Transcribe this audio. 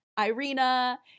Irina